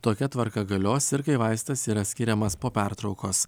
tokia tvarka galios ir kai vaistas yra skiriamas po pertraukos